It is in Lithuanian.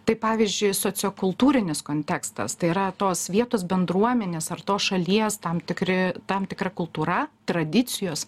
tai pavyzdžiui sociokultūrinis kontekstas tai yra tos vietos bendruomenės ar tos šalies tam tikri tam tikra kultūra tradicijos